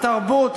התרבות,